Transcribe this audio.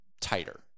tighter